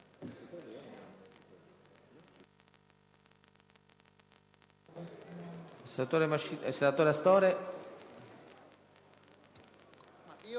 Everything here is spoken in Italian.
dal senatore Astore